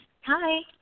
Hi